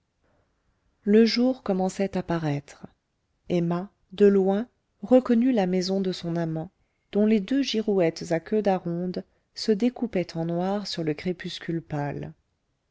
le jour commençait à paraître emma de loin reconnut la maison de son amant dont les deux girouettes à queue daronde se découpaient en noir sur le crépuscule pâle